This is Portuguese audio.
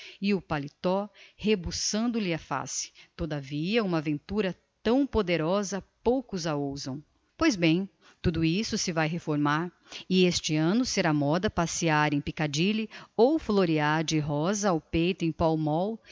o paletot rebuçando lhe a face todavia uma aventura tão poderosa poucos a ousam pois bem tudo isto se vae reformar e este anno será moda passeiar em piccadilly ou florear de rosa ao peito em pall mall